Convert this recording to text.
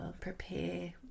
prepare